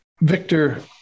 Victor